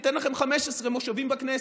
ניתן לכם 15 מושבים בכנסת.